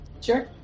Sure